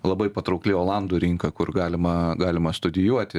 labai patraukli olandų rinka kur galima galima studijuoti